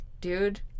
dude